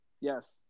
Yes